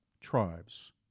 tribes